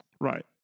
Right